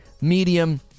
medium